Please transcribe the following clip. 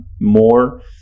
more